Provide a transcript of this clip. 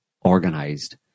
organized